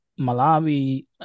Malawi